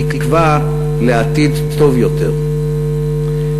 תקווה לעתיד טוב יותר,